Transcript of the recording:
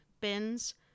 bins